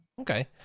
Okay